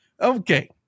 Okay